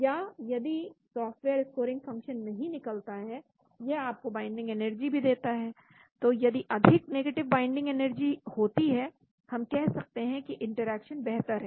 या यदि software scoring function नहीं निकालता है यह आपको बाइंडिंग एनर्जी भी देता है तो यदि अधिक नेगेटिव बाइंडिंग एनर्जी होती है हम कह सकते हैं कि इंटरेक्शन बेहतर है